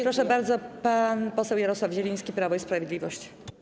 Proszę bardzo, pan poseł Jarosław Zieliński, Prawo i Sprawiedliwość.